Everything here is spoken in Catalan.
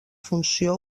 funció